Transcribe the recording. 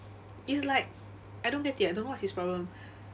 it's like I don't get it eh I don't know what's his problem